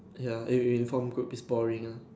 !aiya! uniform group is boring ah